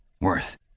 Worth